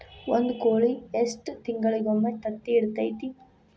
ಒಂದ್ ಕೋಳಿ ಎಷ್ಟ ತಿಂಗಳಿಗೊಮ್ಮೆ ತತ್ತಿ ಇಡತೈತಿ?